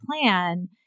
plan